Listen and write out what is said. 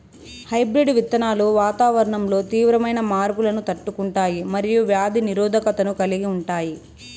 hybrid విత్తనాలు వాతావరణంలో తీవ్రమైన మార్పులను తట్టుకుంటాయి మరియు వ్యాధి నిరోధకతను కలిగి ఉంటాయి